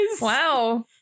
Wow